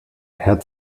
herr